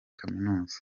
kaminuza